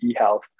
eHealth